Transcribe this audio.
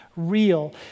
real